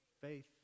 Faith